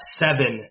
seven